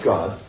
God